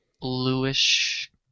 bluish